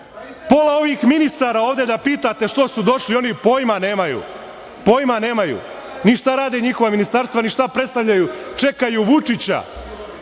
Pola ovih ministara da pitate što su došli, oni pojma nemaju. Pojma nemaju ni šta rade njihova ministarstva, ni šta predstavljaju. Čekaju Vučića